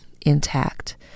intact